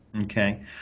Okay